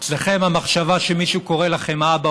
אצלכם המחשבה שמישהו קורה לכם "אבא"